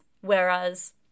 Whereas